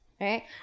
Right